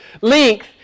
length